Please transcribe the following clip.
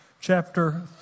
chapter